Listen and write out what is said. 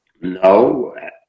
No